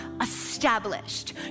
established